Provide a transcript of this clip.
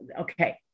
okay